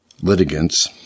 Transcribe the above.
litigants